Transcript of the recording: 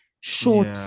short